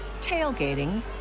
tailgating